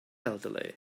elderly